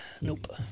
Nope